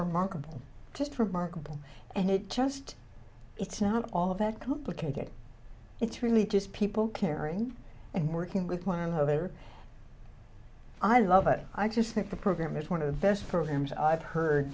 remarkable just remarkable and it's just it's not all of a complicated it's really just people caring and working with one another i love it i just think the program is one of the best programs i've heard